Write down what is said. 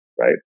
right